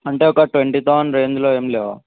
అంటే ఒక twenty thousand రేంజ్లో ఏం లేవా